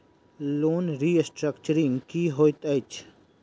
Loan restructuring की होइत अछि?